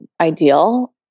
ideal